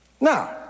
Now